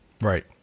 Right